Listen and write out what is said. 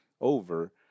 over